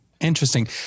Interesting